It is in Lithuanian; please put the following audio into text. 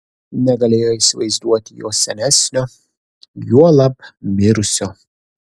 negalėjo įsivaizduoti jo senesnio juolab mirusio